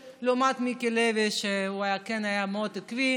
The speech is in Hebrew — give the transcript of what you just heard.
וכו' לעומת מיקי לוי, שהוא כן היה מאוד עקבי,